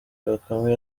bakame